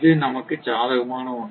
இது நமக்கு சாதகமான ஒன்று